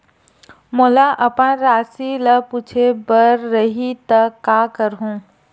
मोला अपन राशि ल पूछे बर रही त का करहूं?